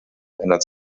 ändert